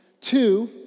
two